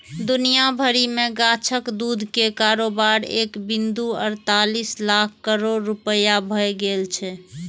दुनिया भरि मे गाछक दूध के कारोबार एक बिंदु अड़तालीस लाख करोड़ रुपैया भए गेल छै